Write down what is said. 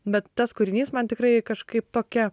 bet tas kūrinys man tikrai kažkaip tokia